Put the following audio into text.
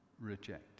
reject